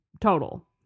total